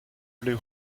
blew